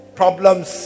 problems